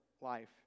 life